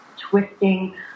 twisting